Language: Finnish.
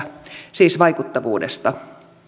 siis vaikuttavuudesta